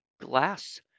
glass